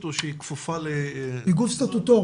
או שהיא כפופה --- היא גוף סטטוטורי.